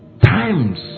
times